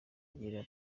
agira